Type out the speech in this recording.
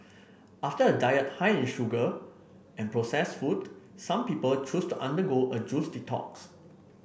after a diet high in sugar and process food some people choose to undergo a juice detox